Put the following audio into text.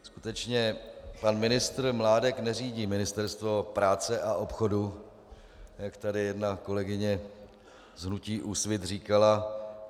Skutečně, pan ministr Mládek neřídí ministerstvo práce a obchodu, jak tady jedna kolegyně z hnutí Úsvit říkala.